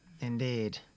Indeed